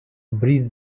breeze